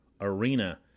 arena